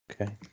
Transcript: Okay